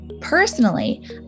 Personally